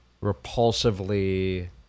repulsively